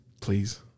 please